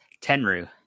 Tenru